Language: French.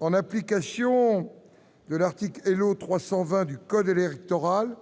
En application de l'article L.O. 320 du code électoral,